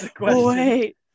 Wait